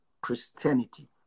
Christianity